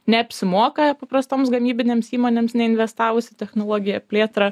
neapsimoka paprastoms gamybinėms įmonėms neinvestavus į technologiją plėtrą